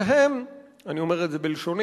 שהם, אני אומר את זה בלשוני,